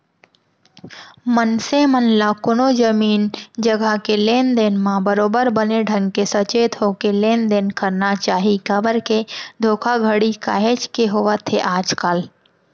मनसे मन ल कोनो जमीन जघा के लेन देन म बरोबर बने ढंग के सचेत होके लेन देन करना चाही काबर के धोखाघड़ी काहेच के होवत हे आजकल